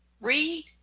Read